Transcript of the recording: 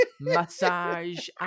Massage